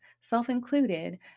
self-included